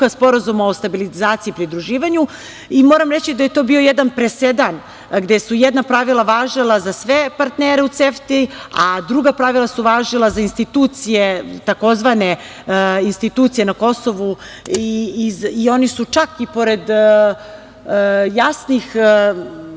Sporazuma o stabilizaciji i pridruživanju i moram reći da je to bio jedan presedan gde su jedna pravila važila za sve partnere u CEFTA, a druga pravila su važila za tzv. institucije na Kosovu i oni su čak i pored jasnih